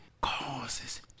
causes